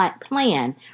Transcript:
plan